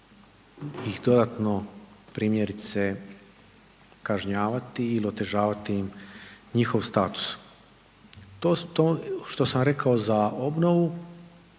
ih dodatno primjerice kažnjavati ili otežavati im njihov status. To što sam rekao za obnovu